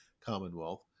Commonwealth